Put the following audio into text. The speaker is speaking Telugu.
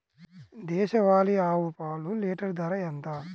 దేశవాలీ ఆవు పాలు లీటరు ధర ఎంత?